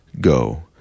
go